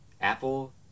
Apple